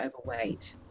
overweight